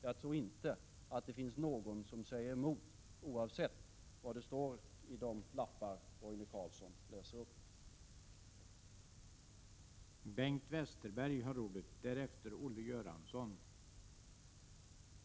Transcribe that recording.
Jag tror inte att det finns någon som säger emot, oavsett vad det står på de lappar som Roine Carlsson läser upp.